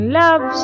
love